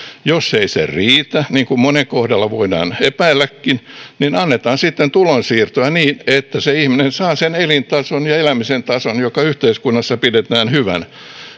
jos ei se riitä niin kuin monen kohdalla voidaan epäilläkin niin annetaan sitten tulonsiirtoja niin että se ihminen saa sen elintason ja elämisen tason jota yhteiskunnassa pidetään hyvänä